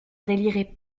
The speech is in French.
délirait